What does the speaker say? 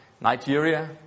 Nigeria